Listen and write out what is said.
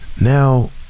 now